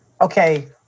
Okay